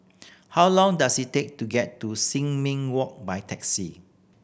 how long does it take to get to Sin Ming Walk by taxi